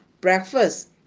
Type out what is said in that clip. breakfast